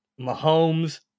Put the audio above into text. Mahomes